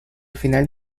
final